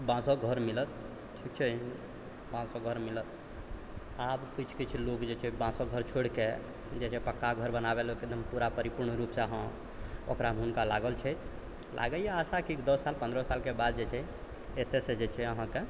बाँसके घर मिलत ठीक छै बाँसके घर मिलत आब किछु किछु लोक जे छै बाँसके घर छोड़िके जे छै पक्काके घर बनाबैके एकदम पूरा परिपूर्ण रूपसँ ओकरामे हुनका लागल छथि लागैए आशा कि दस साल पनरह सालके बाद जे छै एतऽ सँ जे छै अहाँके